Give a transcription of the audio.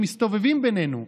שמסתובבים בינינו,